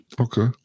Okay